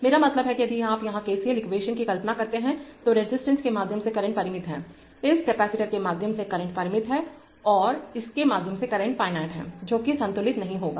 मेरा मतलब है कि यदि आप यहां KCL इक्वेशन की कल्पना करते हैं तो रेजिस्टेंस के माध्यम से करंट परिमित है इस कपैसिटर के माध्यम से करंट परिमित है और इसके माध्यम से करंट फाइनेंट है जो कि संतुलित नहीं होगी